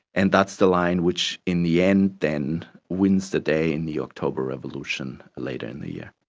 and that's the line which in the end then wins the day in the october revolution later in the year.